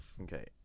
Okay